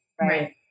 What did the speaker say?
right